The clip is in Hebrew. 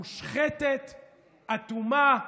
מושחתת אטומה.